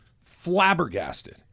flabbergasted